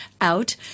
out